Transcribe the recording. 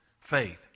faith